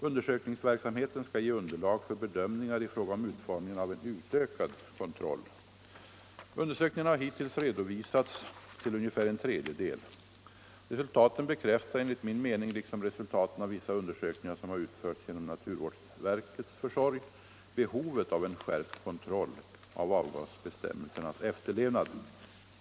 Undersökningsverksamheten skall ge underlag för bedömningar i fråga om utformningen av en utökad kontroll. Undersökningarna har hittills redovisats till ungefär en tredjedel. Resultaten bekräftar enligt min mening, liksom resultaten av vissa undersökningar som har utförts genom naturvårdsverkets försorg, behovet av en skärpt kontroll av avgasbestämmelsernas efterlevnad.